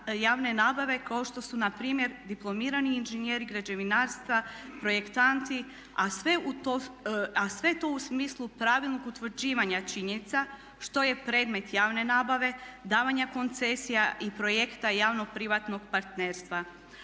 javne nabave kao što su npr. diplomirani inženjeri građevinarstva, projektanti a sve to u smislu pravilnog utvrđivanja činjenica što je predmet javne nabave, davanja koncesija i projekta javno-privatnog partnerstva.